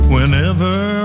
Whenever